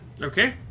Okay